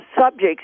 subjects